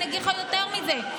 אגיד לך יותר מזה,